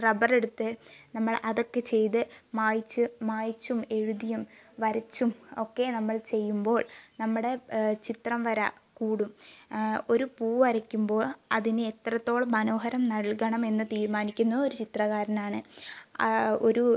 റബറെടുത്ത് നമ്മൾ അതൊക്കെ ചെയ്ത് മായ്ച് മായ്ച്ചും എഴുതിയും വരച്ചും ഒക്കെ നമ്മൾ ചെയ്യുമ്പോൾ നമ്മുടെ ചിത്രംവര കൂടും ഒരു പൂവരയ്ക്കുമ്പോൾ അതിനെ എത്രത്തോളം മനോഹരം നൽകണമെന്നു തീരുമാനിക്കുന്നു ഒരു ചിത്രകാരനാണ് ആ ഒരു